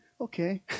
Okay